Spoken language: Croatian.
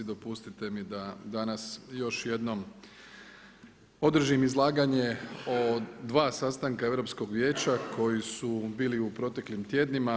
Dopustite mi da danas još jednom održim izlaganje o dva sastanka Europskog vijeća koji su bili u proteklim tjednima.